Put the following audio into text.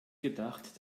gedacht